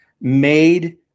made